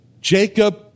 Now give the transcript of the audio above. Jacob